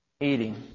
eating